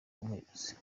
umuyobozi